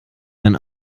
mein